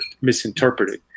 misinterpreted